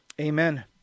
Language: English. Amen